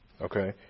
Okay